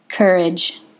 Courage